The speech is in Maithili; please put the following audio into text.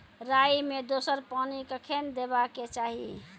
राई मे दोसर पानी कखेन देबा के चाहि?